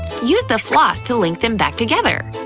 use the floss to link them back together!